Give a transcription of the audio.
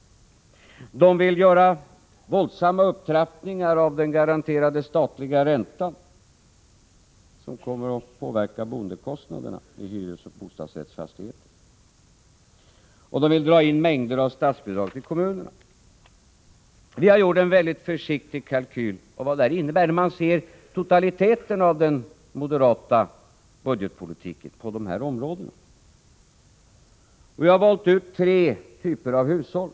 De vill göra våldsamma upptrappningar av den garanterade statliga räntan, något som kommer att påverka boendekostnaderna i hyresoch bostadsrättsfastigheter. De vill också dra in mängder av statsbidrag till kommunerna. Vi har gjort en mycket försiktig kalkyl på vad detta innebär när man ser totaliteten av den moderata budgetpolitiken på dessa områden. Vi har valt ut tre typer av hushåll.